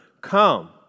Come